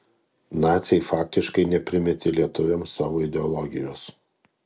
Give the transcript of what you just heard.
naciai faktiškai neprimetė lietuviams savo ideologijos